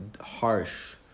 harsh